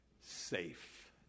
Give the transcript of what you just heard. Safe